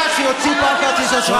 מה עם חזקת החפות?